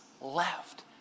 left